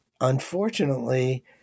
unfortunately